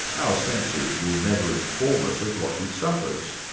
our senses will never inform us of what he suffers.